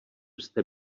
jste